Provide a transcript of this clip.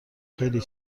خیلی